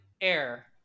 air